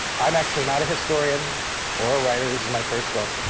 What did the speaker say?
i'm actually not a historian or a writer. this is my first book.